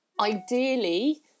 ideally